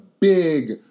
big